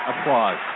Applause